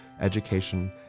education